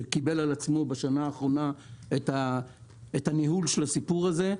שקיבל על עצמו בשנה האחרונה את ניהול הסיפור הזה.